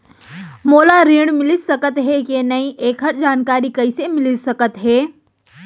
मोला ऋण मिलिस सकत हे कि नई एखर जानकारी कइसे मिलिस सकत हे?